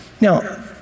Now